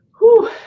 Whew